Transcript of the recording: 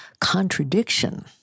contradiction